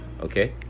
Okay